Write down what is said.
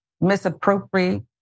misappropriate